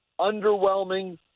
underwhelming